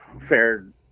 fared